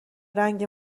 رنگ